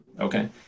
Okay